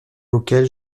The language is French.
auxquels